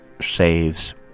saves